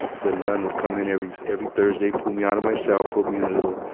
the nun would come in every, every thursday, pull me out of my cell, put me in a little,